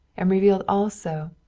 and revealed also,